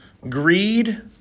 Greed